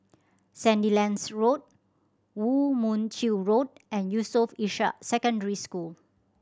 Sandilands Road Woo Mon Chew Road and Yusof Ishak Secondary School